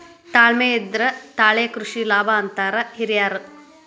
ತಾಳ್ಮೆ ಇದ್ರೆ ತಾಳೆ ಕೃಷಿ ಲಾಭ ಅಂತಾರ ಹಿರ್ಯಾರ್